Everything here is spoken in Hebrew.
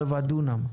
רבע דונם,